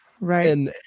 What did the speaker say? right